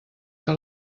que